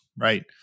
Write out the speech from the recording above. Right